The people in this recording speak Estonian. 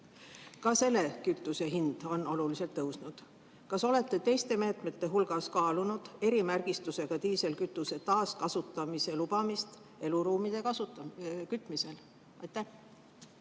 Ka selle kütuse hind on oluliselt tõusnud. Kas olete teiste meetmete hulgas kaalunud erimärgistusega diislikütuse kasutamise taas lubamist eluruumide kütmisel? Austatud